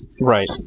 Right